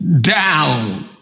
down